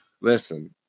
Listen